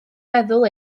feddwl